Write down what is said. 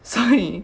sorry